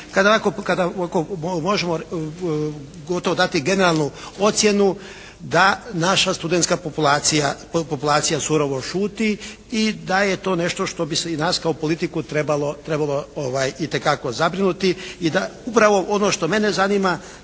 ovako možemo gotovo dati generalnu ocjenu da naša studentska populacija surovo šuti i da je to nešto što bi se i nas kao politiku trebalo itekako zabrinuti i upravo ono što mene zanima,